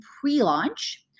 pre-launch